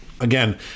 Again